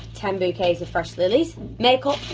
ten bouquets of fresh lilies, make-up,